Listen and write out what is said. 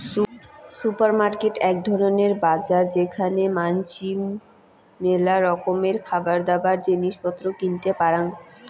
supermarket আক ধরণের বাজার যেখানে মানাসি মেলা রকমের খাবারদাবার, জিনিস পত্র কিনতে পারং